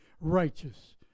righteous